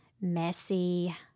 messy